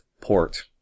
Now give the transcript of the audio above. port